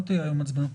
לא תהיה היום הצבעה.